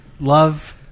love